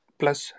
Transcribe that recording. plus